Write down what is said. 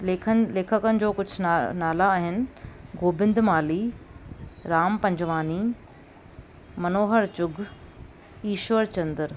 लेखन लेखकनि जो कुझु ना नाला आहिनि गोबिंद माली राम पंजवानी मनोहर चुघ ईश्वर चंदर